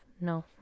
No